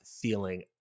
feeling